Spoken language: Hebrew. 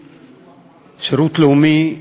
שירות לאומי הוא